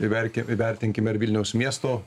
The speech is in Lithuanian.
įverkia įvertinkime ir vilniaus miesto